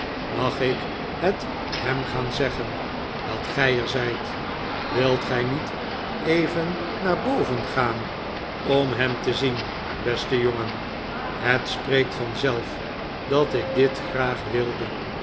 mag ik het hem gaan zeggen dat gij er zijt wilt gij niet even naar boven gaan om hem te zien beste jongen het spreekt vanzelf dat ik dit graag wilde